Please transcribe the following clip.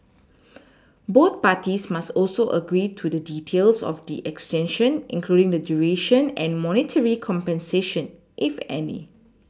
both parties must also agree to the details of the extension including the duration and monetary compensation if any